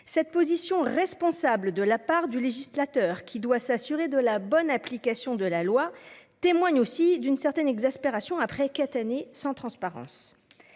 Cette position responsable de la part du législateur, qui doit s'assurer de la bonne application de la loi, témoigne aussi d'une exaspération, après quatre années sans transparence.